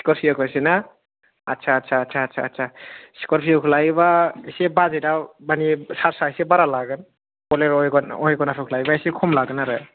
Scorpio खौसो ना आस्सा आस्सा आस्सा आस्सा आस्सा स्करपिय' खौ लायोबा एसे बाजेटाव मानि सार्सा एसे बरा लागोन ब'लेर' अवेगनारखौ लायोबा एसे खम लागोन आरो